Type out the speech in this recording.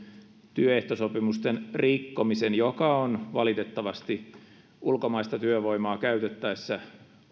työehtosopimusten rikkomisen joka on valitettavasti ulkomaista työvoimaa käytettäessä